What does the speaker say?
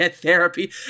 therapy